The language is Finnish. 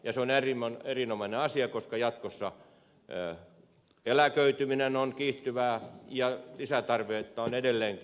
se on erinomainen asia koska jatkossa eläköityminen on kiihtyvää ja lisätarvetta on edelleenkin